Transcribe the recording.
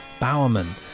Bowerman